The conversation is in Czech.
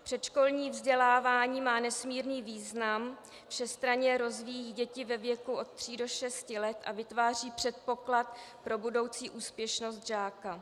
Předškolní vzdělávání má nesmírný význam, všestranně rozvíjí děti ve věku od tří do šesti let a vytváří předpoklad pro budoucí úspěšnost žáka.